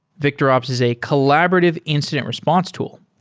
victorops is a collaborative incident response tool,